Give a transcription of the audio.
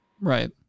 Right